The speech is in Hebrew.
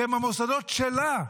שהם המוסדות שלה,